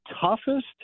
toughest